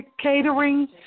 catering